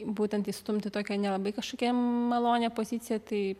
būtent įstumt į tokią nelabai kažkokią malonią poziciją tai